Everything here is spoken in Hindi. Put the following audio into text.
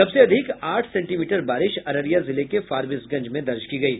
सबसे अधिक आठ सेंटीमीटर बारिश अररिया जिले के फारबिसगंज में दर्ज की गयी